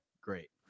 great